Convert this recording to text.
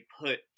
put